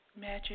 Magic